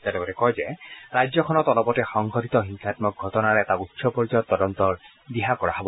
তেওঁ লগতে কয় যে ৰাজ্যখনত অলপতে সংঘটিত হিংসাম্মক ঘটনাৰ এটা উচ্চ পৰ্যায়ৰ তদন্তৰ দিহা কৰা হব